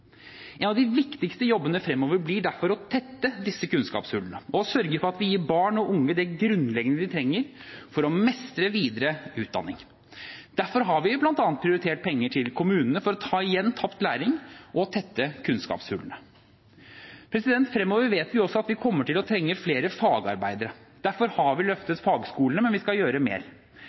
En av de viktigste jobbene fremover blir derfor å tette disse kunnskapshullene og sørge for at vi gir barn og unge det grunnleggende de trenger for å mestre videre utdanning. Derfor har vi bl.a. prioritert penger til kommunene for å ta igjen tapt læring og tette kunnskapshullene. Fremover vet vi også at vi kommer til å trenge flere fagarbeidere. Derfor har vi løftet fagskolene, men vi skal gjøre mer.